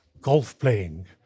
golf-playing